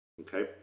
Okay